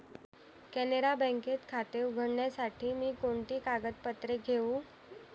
कॅनरा बँकेत खाते उघडण्यासाठी मी कोणती कागदपत्रे घेऊ?